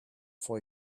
for